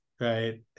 right